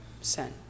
sent